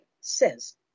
says